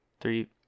Three